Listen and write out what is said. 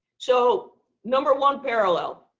so number one parallel,